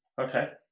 Okay